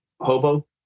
Hobo